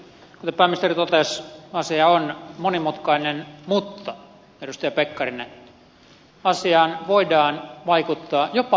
kuten pääministeri totesi asia on monimutkainen mutta edustaja pekkarinen asiaan voidaan vaikuttaa jopa oppositiosta käsin